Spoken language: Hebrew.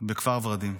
בכפר ורדים.